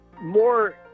more